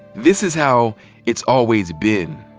this is how it's always been,